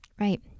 Right